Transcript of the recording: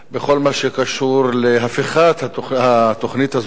בכל מה שקשור להפיכת התוכנית הזאת,